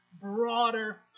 broader